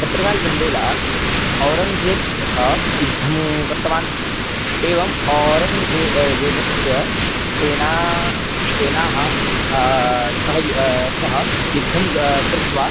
छत्रसाल्बुन्देला औरङ्ग्जेबं सह युद्धं कृतवान् एवम् ओरङ्ग्जे जेबस्य सेना सेना तः सः युद्धं कृत्वा